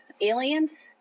aliens